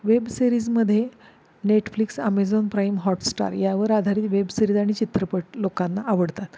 web सिरीजमध्ये Netflix Amazon Prime Hotstar यावर आधारित वेब सिरीज आणि चित्रपट लोकांना आवडतात